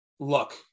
Look